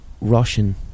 Russian